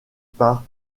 par